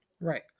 Right